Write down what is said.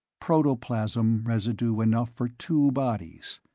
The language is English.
protoplasm residue enough for two bodies.